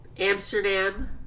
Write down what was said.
Amsterdam